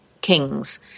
kings